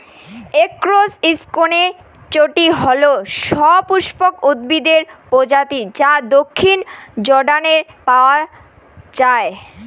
crocus হসকনেইচটি হল সপুষ্পক উদ্ভিদের প্রজাতি যা দক্ষিণ জর্ডানে পাওয়া য়ায়